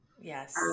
Yes